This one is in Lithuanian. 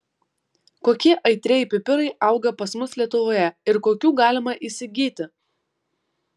kokie aitrieji pipirai auga pas mus lietuvoje ir kokių galima įsigyti